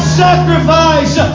sacrifice